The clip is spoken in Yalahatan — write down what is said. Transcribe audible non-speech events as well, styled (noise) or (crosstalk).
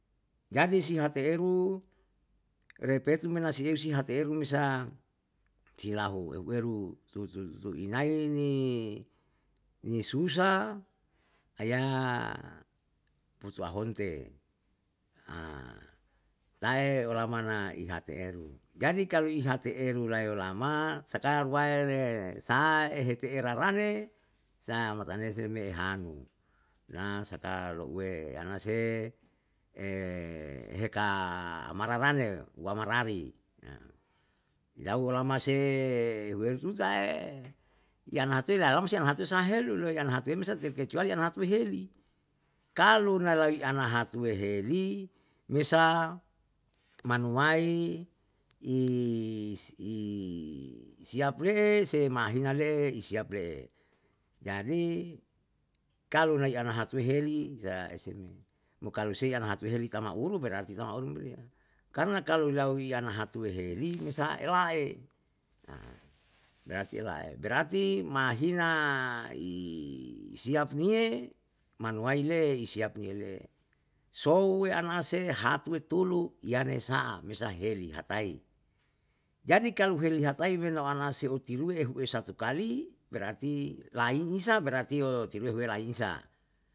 Jadi si ateheru repetu me na sieu mena iseheru me sa, si lahu ehueru su su inai ni ni susah, aya putuahonte (hesitation) tae olamana ihate'eru jadi kalo iheteru layolama saka ruae re sae ehetene rarane, sa'a matanese me hanu. na saka louwe anase (hesitation) he heka amarane o uwama rari, (hesitation) yau olama se euheru susa'e yana hatue lalam musti anahatue saha helu lo yo anahatue mesa terkecuali anahatue heli kalu nalai ana hatue heli me sa manuwai si (hesitation) siaap le'e se mahina le'e isiap le'e. Jadi kalu nai anahatue heli sa eseme? Mokalu sai anahatue heli tanauru berarti tanauru umriya. karna ilau iayana hatue heri mesae ela'e (hesitation) berarti ela'e, berarti mahina isiap niyemanuwai le'e ni siap niye le'e. souwe anase hatue tulu yane sa'a mesa herihatai, jadi kalu helihati me nau anase oyiluwe ehue satu kali berarti lain insa berarti yo seme huwe lainsa '